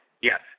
Yes